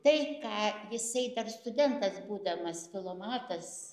tai ką jisai dar studentas būdamas filomatas